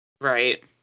right